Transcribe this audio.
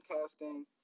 casting